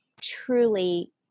truly